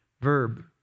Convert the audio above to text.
verb